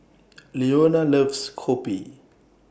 Leona loves Kopi